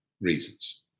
reasons